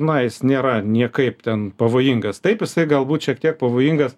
na jis nėra niekaip ten pavojingas taip jisai galbūt šiek tiek pavojingas